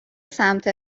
سمت